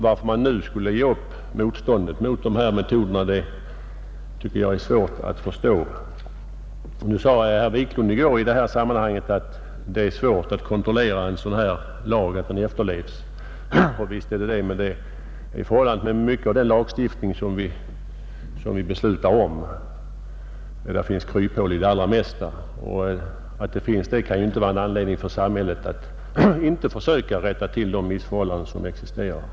Varför man nu skulle ge upp motståndet mot sådana metoder tycker jag är svårt att förstå. Herr Wiklund i Stockholm sade i går i detta sammanhang att det är svårt att kontrollera att en sådan här lag efterlevs. Visst är det det. Men det är förhållandet med mycket av den lagstiftning som vi beslutar om. Det finns kryphål i det allra mesta, och det kan ju inte vara en anledning för samhället att inte försöka rätta till de missförhållanden som existerar.